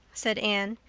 said anne.